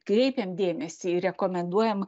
kreipiam dėmesį ir rekomenduojam